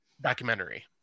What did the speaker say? documentary